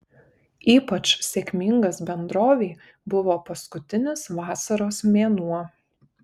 ypač sėkmingas bendrovei buvo paskutinis vasaros mėnuo